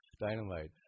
dynamite